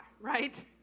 right